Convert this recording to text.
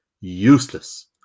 useless